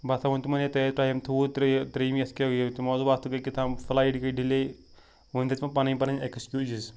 بہٕ ہسا ووٚن تِمن ہے تۄہہِ ۂے ٹایم تھوو ترٛےٚ ترٛیٚیمہِ یَتھ کیاہ تِمو حظ دوٚپ اَتھ گٕے کہتام فٕلایٹ گٔے ڈِلے وۄنۍ دِتۍ تِمَو پَنٕنۍ پَنٕنۍ ایٚکسکیوٗزِز